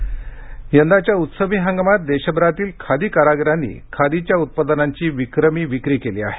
खादी यंदाच्या उत्सवी हंगामात देशभरातील खादी कारागिरांनी खादीच्या उत्पादनांची विक्रमी विक्री केली आहे